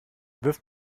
wirf